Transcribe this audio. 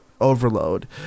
overload